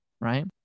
right